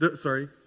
Sorry